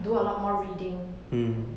do a lot more reading